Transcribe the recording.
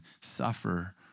suffer